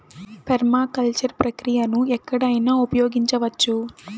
permaculture ప్రక్రియను ఎక్కడైనా ఉపయోగించవచ్చు